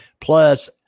Plus